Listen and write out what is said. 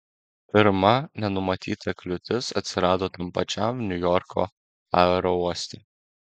pirma nenumatyta kliūtis atsirado tam pačiam niujorko aerouoste